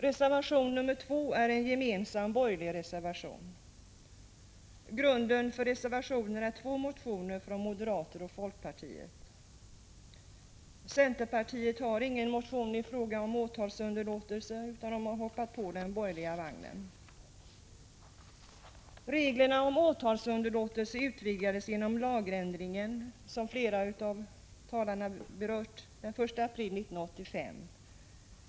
Reservation nr 2 är en gemensam borgerlig reservation. Grunden för reservationen är två motioner som väckts av moderata samlingspartiet och folkpartiet. Centerpartiet har ingen motion i frågan om åtalsunderlåtelse utan har hoppat på den borgerliga vagnen. Reglerna om åtalsunderlåtelse utvidgades — som flera av de föregående talarna påpekat — genom lagändring den 1 april 1985.